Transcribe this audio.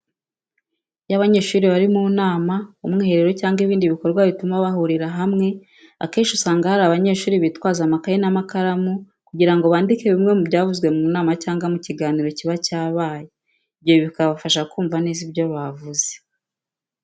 Iyo abanyeshuri bari mu nama, umwiherero, cyangwa ibindi bikorwa bituma bahurira hamwe akenshi usanga hari abanyeshuri bitwaza amakayi n'amakaramu kugira ngo bandike bimeze mu byavuzwe mu nama cyangwa mu kiganiro kiba cyabaye, ibyo bikabafasha kumva neza ibyavuzweho.